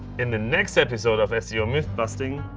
in the next episode of seo mythbusting,